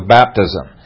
baptism